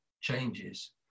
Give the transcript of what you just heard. changes